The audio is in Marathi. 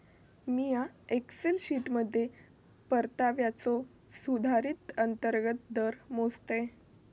मिया एक्सेल शीटमध्ये परताव्याचो सुधारित अंतर्गत दर मोजतय